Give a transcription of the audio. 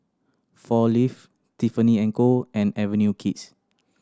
Four Leaves Tiffany and Co and Avenue Kids